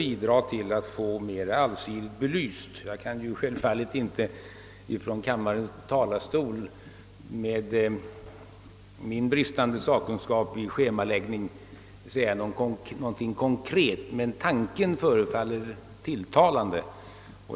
Med min bristande sakkunskap i schemaläggning kan jag självfallet inte från kammarens talarstol säga någonting konkret om saken, men tanken förefaller mig tilltalande.